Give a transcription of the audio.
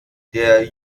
der